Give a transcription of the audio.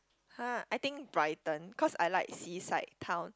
!huh! I think Brighton cause I like seaside town